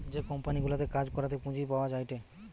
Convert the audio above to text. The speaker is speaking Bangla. যে কোম্পানি গুলাতে কাজ করাতে পুঁজি পাওয়া যায়টে